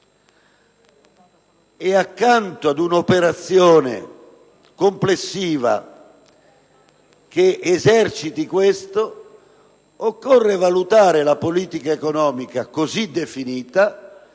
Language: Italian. E accanto ad un'operazione complessiva che eserciti questa scelta, occorre valutare la politica economica così definita